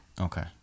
Okay